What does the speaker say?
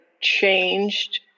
changed